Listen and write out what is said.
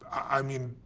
i mean,